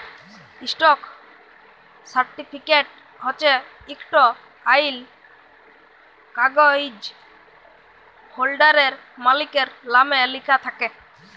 stock certificate হছে ইকট আইল কাগ্যইজ হোল্ডারের, মালিকের লামে লিখ্যা থ্যাকে